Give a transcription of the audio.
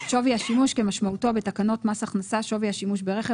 "שווי השימוש" כמשמעותו בתקנות מס הכנסה (שווי השימוש ברכב),